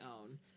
own